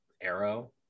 Arrow